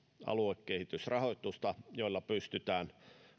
aluekehitysrahoitusta jolla pystytään